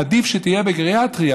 עדיף שתהיה בגריאטריה,